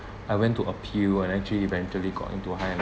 I went to appeal and actually eventually got into a higher